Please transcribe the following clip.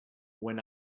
when